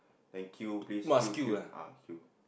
then queue please queue queue ah queue